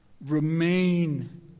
Remain